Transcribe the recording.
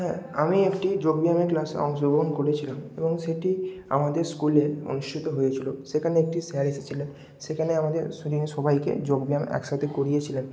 হ্যাঁ আমি একটি যোগব্যায়ামের ক্লাসে অংশগ্রহণ করেছিলাম এবং সেটি আমাদের স্কুলে অনুষ্ঠিত হয়েছিল সেখানে একটি স্যার এসেছিলেন সেখানে আমাদের স্টুডেন্টদের সবাইকে যোগব্যায়াম একসাথে করিয়েছিলেন